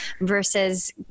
versus